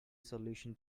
solution